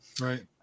Right